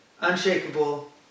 unshakable